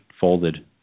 folded